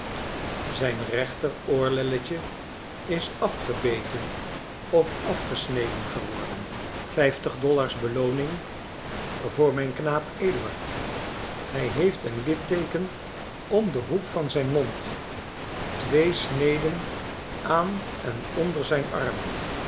zijn rechter oorlelletje is afgebeten of afgesneden geworden vijftig dollars belooning voor mijn knaap eduard hij heeft een litteeken om den hoek van zijn mond twee sneden aan en onder zijn arm